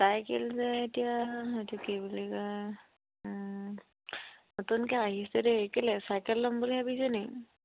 cycle যে এতিয়া সেইটো কি বুলি কয় নতুনকে আহিছে দেই এই কেলে চাইকেল ল'ম বুলি ভাবিছে নি